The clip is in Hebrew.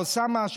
אוסאמה,